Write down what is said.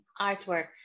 artwork